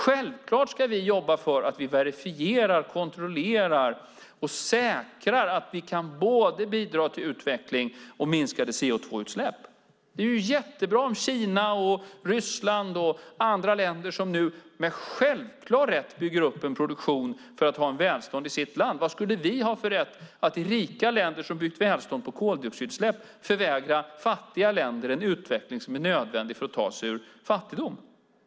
Självklart ska vi jobba för att vi verifierar, kontrollerar och säkrar att vi kan bidra till både utveckling och minskade CO2-utsläpp. Det är jättebra om Kina, Ryssland och andra länder nu, med självklar rätt, bygger upp en produktion för att ha välstånd i det egna landet. Vilken rätt skulle vi i rika länder som byggt välstånd på koldioxidutsläpp ha att förvägra fattiga länder en utveckling som är nödvändig för att de ska ta sig ur fattigdom?